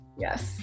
Yes